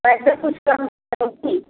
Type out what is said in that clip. पैसे कुछ कम करोगी